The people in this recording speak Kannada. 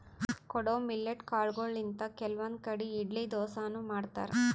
ಕೊಡೊ ಮಿಲ್ಲೆಟ್ ಕಾಲ್ಗೊಳಿಂತ್ ಕೆಲವಂದ್ ಕಡಿ ಇಡ್ಲಿ ದೋಸಾನು ಮಾಡ್ತಾರ್